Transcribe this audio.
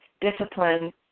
discipline